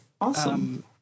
awesome